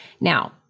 Now